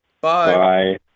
Bye